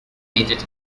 dated